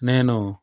నేను